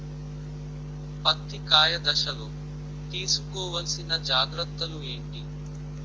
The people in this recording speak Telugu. పత్తి కాయ దశ లొ తీసుకోవల్సిన జాగ్రత్తలు ఏంటి?